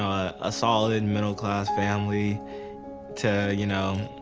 a solid middle-class family to, you know.